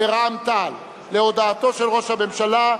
ורע"ם-תע"ל להודעתו של ראש הממשלה.